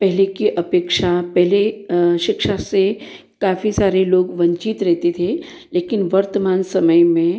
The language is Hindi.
पहले की अपेक्षा पहले शिक्षा से काफ़ी सारे लोग वंचित रहते थे लेकिन वर्तमान समय में